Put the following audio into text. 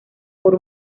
por